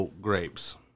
grapes